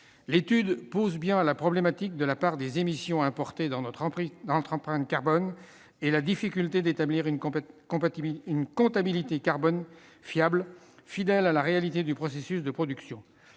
L'étude pose bien la question des émissions importées dans notre empreinte carbone et la difficulté d'établir une comptabilité carbone fiable, fidèle à la réalité du processus de production.